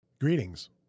Greetings